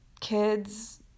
kids